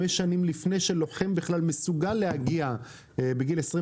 5 שנים לפני שלוחם בכלל מסוגל להגיע בגיל 22,